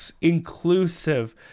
inclusive